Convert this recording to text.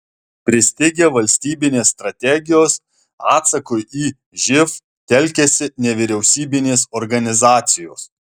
pristigę valstybinės strategijos atsakui į živ telkiasi nevyriausybinės organizacijos